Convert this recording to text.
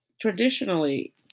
traditionally